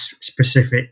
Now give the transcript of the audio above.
specific